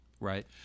right